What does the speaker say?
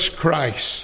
Christ